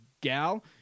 gal